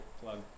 plug